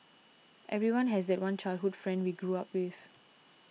everyone has that one childhood friend we grew up with